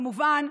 כמובן,